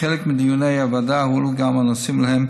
כחלק מדיוני הועדה הועלו גם הנושאים שלהם